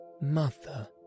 Mother